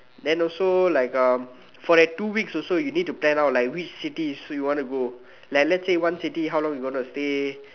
then also like um for that two weeks also you need to plan out like which cities you want to go like let's say one city how long you gonna stay